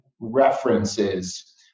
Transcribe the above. references